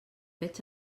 veig